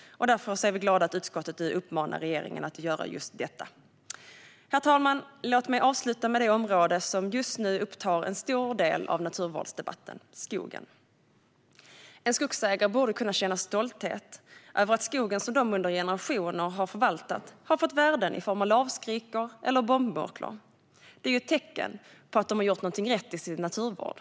Därför är vi glada över att utskottet nu uppmanar regeringen att göra just detta. Herr talman! Låt mig avsluta med det område som just nu upptar stor del av naturvårdsdebatten: skogen. Skogsägare borde kunna känna stolthet över att skogen som de under generationer har förvaltat har fått värden i form av lavskrikor eller bombmurklor. Det är ju ett tecken på att de har gjort någonting rätt i sin naturvård.